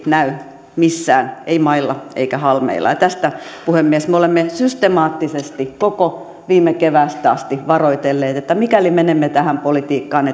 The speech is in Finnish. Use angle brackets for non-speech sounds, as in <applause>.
näy missään ei mailla eikä halmeilla tästä puhemies me olemme systemaattisesti koko viime keväästä asti varoitelleet että mikäli menemme tähän politiikkaan <unintelligible>